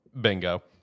Bingo